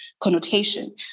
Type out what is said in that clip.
connotation